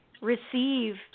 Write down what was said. receive